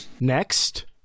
Next